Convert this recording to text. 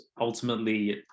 ultimately